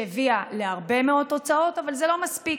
שהביאה להרבה מאוד תוצאות, אבל זה לא מספיק.